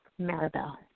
Maribel